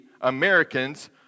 Americans